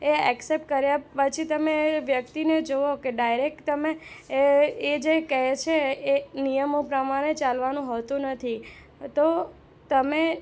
એ accept કર્યા પછી તમે વ્યક્તિને જુઓ કે ડાયરેક્ટ તમે એ જે કહે છે એ નિયમો પ્રમાણે ચાલવાનું હોતું નથી તો તમે